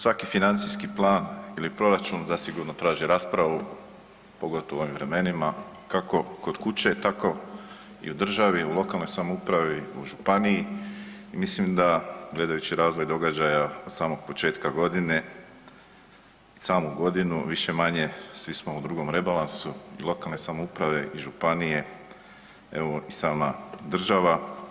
Svaki financijski plan ili proračun zasigurno traži raspravu, pogotovo u ovim vremenima kako kod kuće, tako i u državi, u lokalnoj samoupravi, u županiji i mislim da, gledajući razvoj događaja od samog početka godine, samu godinu, više-manje, svi smo u drugom rebalansu i lokalne samouprave i županije, evo i sama država.